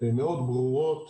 מאוד ברורות